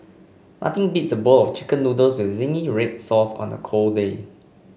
nothing beats a bowl of chicken noodles with zingy red sauce on a cold day